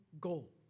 goal